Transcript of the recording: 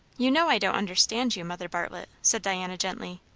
you know i don't understand you, mother bartlett, said diana gently.